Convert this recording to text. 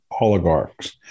oligarchs